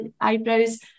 eyebrows